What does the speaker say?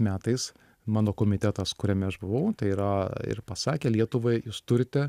metais mano komitetas kuriame aš buvau tai yra ir pasakė lietuvai jūs turite